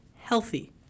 Healthy